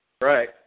Right